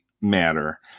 matter